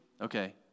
okay